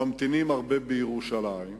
ממתינים הרבה בירושלים,